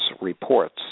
reports